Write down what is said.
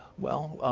well,